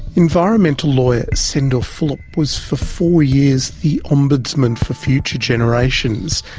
environmental lawyer sandor fulop was for four years the ombudsman for future generations.